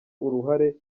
uruhare